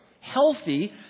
healthy